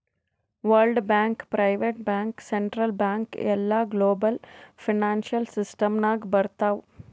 world bank, private bank, central bank ಎಲ್ಲಾ global financial system ನಾಗ್ ಬರ್ತಾವ್